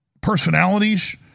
personalities